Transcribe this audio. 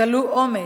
גלו אומץ,